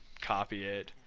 copy it,